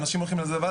אנשים הולכים לזה לבד.